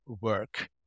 work